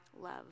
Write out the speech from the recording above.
love